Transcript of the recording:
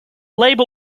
label